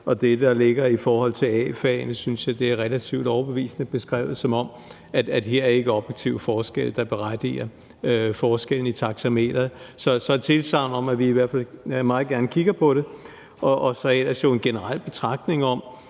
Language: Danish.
det, der ligger i forhold til A-fagene, synes jeg, det er relativt overbevisende beskrevet, som om der her ikke er objektive forskelle, der berettiger forskellen i taxameteret. Så jeg vil gerne give tilsagn om, at vi i hvert fald meget gerne kigger på det. Så er der jo ellers en generel betragtning om,